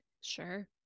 Sure